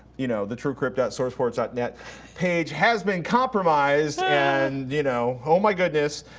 you know the truecrypt sourceforce ah net page has been compromised, and you know, oh my goodness.